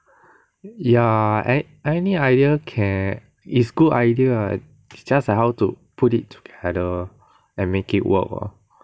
ya an~ any idea can is good idea just that how to put it together and make it work lor